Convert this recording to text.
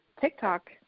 TikTok